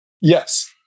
Yes